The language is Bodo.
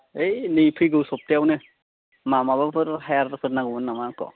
ओइ नै फैगौ सप्तायावनो मा माबाफोर हायेरफोर नांगौमोन नामा आंखौ